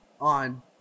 on